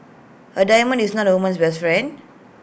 A diamond is not A woman's best friend